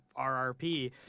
RRP